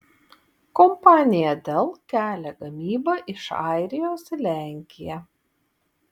kompanija dell kelia gamybą iš airijos į lenkiją